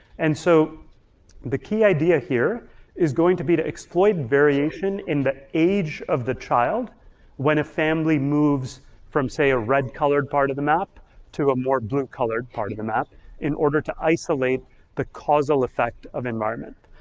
and so the key idea here is going to be to exploit variation in the age of the child when a family moves from, say, a red-colored part of the map to a more blue-colored part of the map in order to isolate the causal effect of environment.